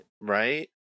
Right